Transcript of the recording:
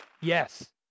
Yes